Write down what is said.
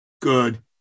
good